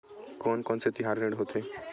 कोन कौन से तिहार ऋण होथे?